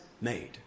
made